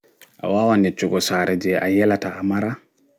A wawan yeccugo saare jei a yelata a mara